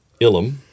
Ilum